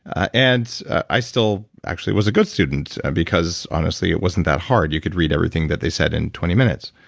and i still, actually, was a good student because, honestly, it wasn't that hard. you could read everything that they said in twenty minutes.